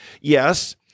Yes